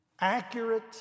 accurate